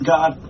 God